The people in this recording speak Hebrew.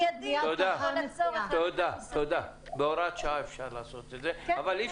אפשר לעשות את זה בהוראת שעה אבל אי